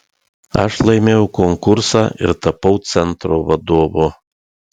aš laimėjau konkursą ir tapau centro vadovu